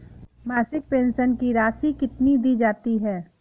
मासिक पेंशन की राशि कितनी दी जाती है?